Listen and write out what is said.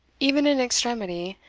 even in extremity,